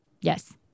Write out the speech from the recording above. Yes